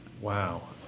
Wow